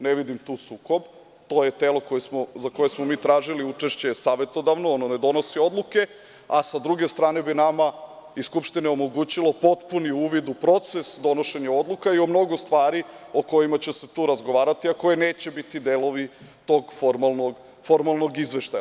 Ne vidim tu sukob, to je telo za koje smo mi tražili učešće savetodavno, ono ne donosi odluke, a sa druge strane bi nama i Skupštini omogućilo potpuni uvid u proces donošenja odluka i o mnogo stvari o kojima će se tu razgovarati, a koje neće biti delovi tog formalnog izveštaja.